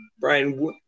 brian